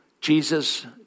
Jesus